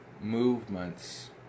movements